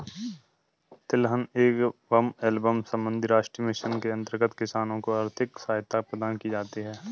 तिलहन एवं एल्बम संबंधी राष्ट्रीय मिशन के अंतर्गत किसानों को आर्थिक सहायता प्रदान की जाती है